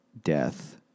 Death